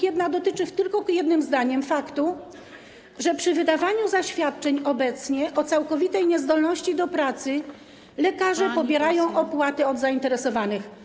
Jedna dotyczy faktu - tylko jednym zdaniem - że obecnie przy wydawaniu zaświadczeń o całkowitej niezdolności do pracy lekarze pobierają opłaty od zainteresowanych.